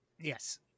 Yes